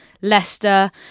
Leicester